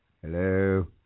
Hello